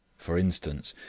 for instance,